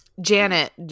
Janet